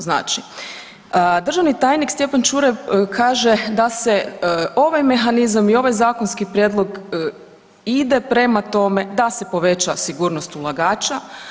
Znači državni tajnik Stjepan Ćuraj kaže da se ovaj mehanizam i ovaj zakonski prijedlog ide prema tome da se poveća sigurnost ulagača.